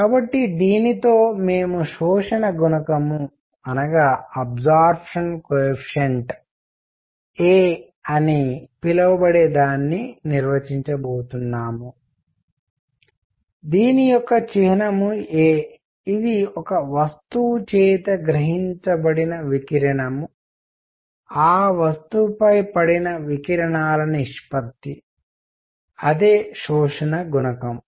కాబట్టి దీనితో మేము శోషణ గుణకంఅబ్సార్బ్షన్ కోయెఫిషియన్ట్ a అని పిలువబడేదాన్ని నిర్వచించబోతున్నాము దీని యొక్క చిహ్నం a ఇది ఒక వస్తువు చేత గ్రహించబడిన వికిరణం ఆ వస్తువు పై పడిన వికిరణాల నిష్పత్తి అది శోషణ గుణకం